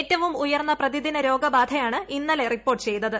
ഏറ്റവും ഉയർന്ന പ്രതിദിന രോഗ ബാധയാണ് ഇന്നലെ റിപ്പോർട്ട് ചെയ്തത്